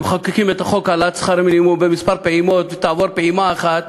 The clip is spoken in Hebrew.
מחוקקים את חוק העלאת שכר המינימום בכמה פעימות ותעבור פעימה אחת,